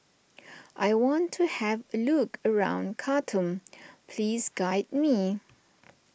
I want to have a look around Khartoum please guide me